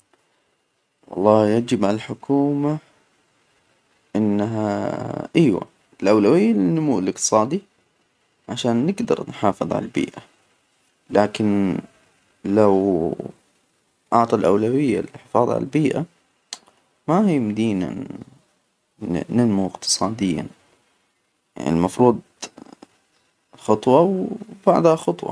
والله يجب على الحكومة، إنها إيوة الأولوية للنمو الإقتصادى، عشان نجدر نحافظ على البيئة، لكن لو أعطو الأولوية لل على البيئة ما يمدينا ننمو إقتصاديا ، يعنى المفروض خطوة وبعدها خطوة.